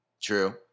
True